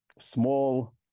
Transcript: small